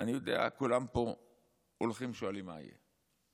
אני יודע, כולם פה הולכים ושואלים מה יהיה.